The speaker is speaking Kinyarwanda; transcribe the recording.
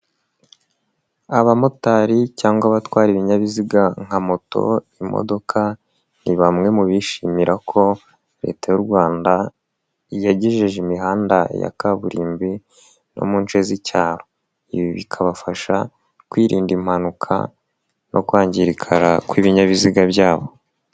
Abamotari cyangwa abatwara ibinyabiziga nka moto, imodoka, ni bamwe mu bishimira ko Leta y'u Rwanda yagejeje imihanda ya kaburimbo no mu nshe z'icyaro, ibi bikabafasha kwirinda impanuka no kwangirika kw'ibinyabiziga byabo.